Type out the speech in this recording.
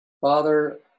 Father